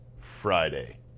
Friday